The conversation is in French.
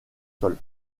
sols